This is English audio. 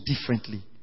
differently